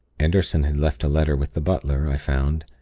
anderson had left a letter with the butler, i found,